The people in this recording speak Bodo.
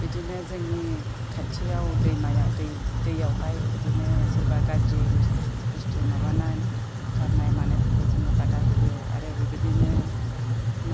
बिदिनो जोंनि खाथियाव दैमायाव दै दैयावहाय ओरैनो सोरबा गाज्रि बुस्थु माबाना गारनाय मानायफोरखौ जोङो बादा होयो आरो बेबायदिनो